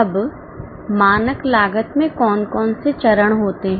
अब मानक लागत में कौन कौन से चरण होते हैं